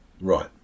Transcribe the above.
Right